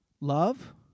love